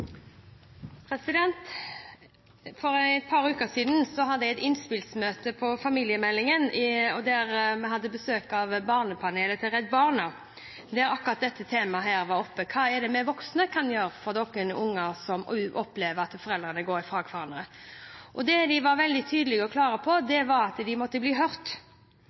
familiemeldingen, der vi hadde besøk av barnepanelet til Redd Barna, og der var akkurat dette temaet oppe: Hva er det vi voksne kan gjøre for dere barn som opplever at foreldrene går fra hverandre? Det de var veldig tydelige og klare på, var at de måtte bli hørt,